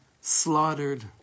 slaughtered